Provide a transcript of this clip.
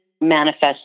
manifest